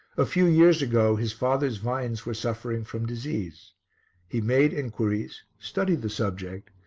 a few years ago his father's vines were suffering from disease he made inquiries, studied the subject,